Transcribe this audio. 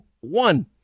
One